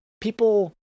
people